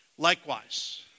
Likewise